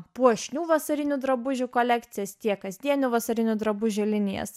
puošnių vasarinių drabužių kolekcijas tiek kasdienių vasarinių drabužių linijas